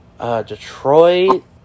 Detroit